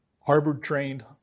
Harvard-trained